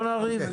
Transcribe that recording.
לא נריב?